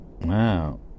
Wow